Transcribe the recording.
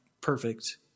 perfect